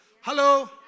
Hello